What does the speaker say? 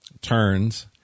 turns